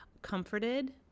comforted